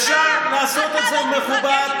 אפשר לעשות את זה מכובד,